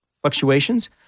fluctuations